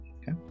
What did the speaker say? Okay